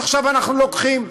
שעכשיו אנחנו לוקחים.